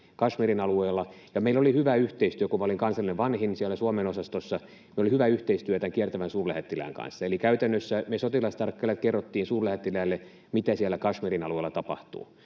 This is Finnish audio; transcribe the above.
Kašmirin alueella, ja meillä oli hyvä yhteistyö. Kun minä olin kansallinen vanhin siellä Suomen osastossa, oli hyvä yhteistyö tämän kiertävän suurlähettilään kanssa. Eli käytännössä me sotilastarkkailijat kerrottiin suurlähettiläälle, mitä siellä Kašmirin alueella tapahtuu.